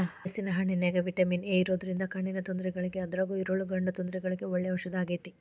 ಹಲೇಸಿನ ಹಣ್ಣಿನ್ಯಾಗ vitamin A ಇರೋದ್ರಿಂದ ಕಣ್ಣಿನ ತೊಂದರೆಗಳಿಗೆ ಅದ್ರಗೂ ಇರುಳುಗಣ್ಣು ತೊಂದರೆಗಳಿಗೆ ಒಳ್ಳೆ ಔಷದಾಗೇತಿ